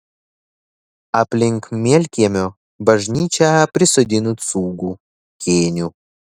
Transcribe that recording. aplink mielkiemio bažnyčią prisodino cūgų kėnių